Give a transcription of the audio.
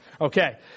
Okay